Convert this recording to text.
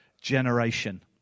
generation